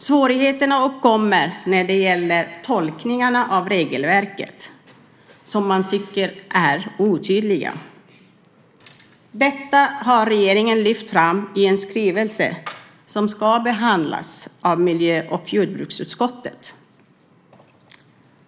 Svårigheterna uppkommer när det gäller tolkningarna av regelverket som man tycker är otydligt. Detta har regeringen lyft fram i en skrivelse som ska behandlas av miljö och jordbruksutskottet.